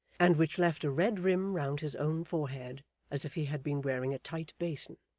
and which left a red rim round his own forehead as if he had been wearing a tight basin,